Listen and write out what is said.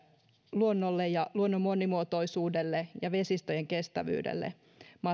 luonnolle ja luonnon monimuotoisuudelle ja vesistöjen kestävyydelle